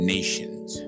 Nations